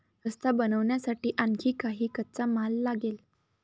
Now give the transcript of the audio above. रस्ता बनवण्यासाठी आणखी काही कच्चा माल लागेल